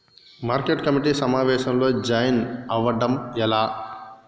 Market committee సమావేశంలో join అవ్వడం ఎలా?